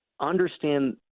understand